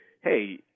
hey